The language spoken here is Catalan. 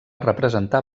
representar